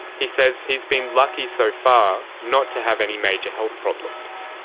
he says he has been lucky so far not to have any major health problems.